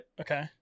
okay